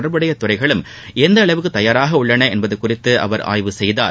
தொடர்புடைய துறைகளும் எந்த அளவுக்கு தயாராக உள்ளன என்பது குறித்து அவர் ஆய்வு செய்தார்